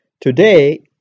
today